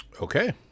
Okay